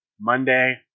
Monday